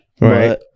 right